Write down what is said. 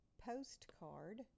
Postcard